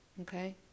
okay